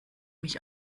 mich